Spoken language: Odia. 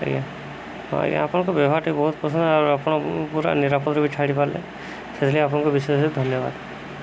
ଆଜ୍ଞା ହଁ ଆଜ୍ଞା ଆପଣଙ୍କ ବ୍ୟବହାରଟି ବହୁତ ପସନ୍ଦ ଆପଣ ପୁରା ନିରାପଦରେ ବି ଛାଡ଼ି ପାରିଲେ ସେଥିଲାଗି ଆପଣଙ୍କୁ ବିଶେଷ ଧନ୍ୟବାଦ